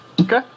Okay